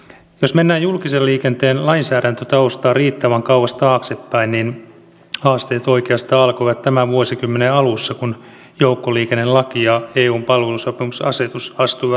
jos mennään julkisen liikenteen lainsäädäntötaustaa riittävän kauas taaksepäin niin haasteet oikeastaan alkoivat tämän vuosikymmenen alussa kun joukkoliikennelaki ja eun palvelusopimusasetus astuivat voimaan